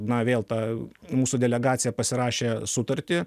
na vėl ta mūsų delegacija pasirašė sutartį